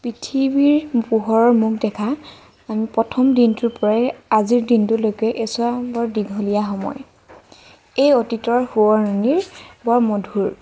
পৃথিৱীৰ পোহৰৰ মুখ দেখা আমি প্ৰথম দিনটোৰ পৰাই আজিৰ দিনটোলৈকে এছোৱা বৰ দীঘলীয়া সময় এই অতীতৰ সোঁৱৰণী বৰ মধুৰ